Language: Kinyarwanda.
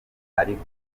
ariko